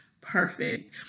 perfect